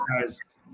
guys